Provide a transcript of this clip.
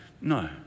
No